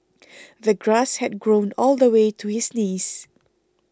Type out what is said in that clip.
the grass had grown all the way to his knees